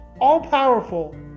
all-powerful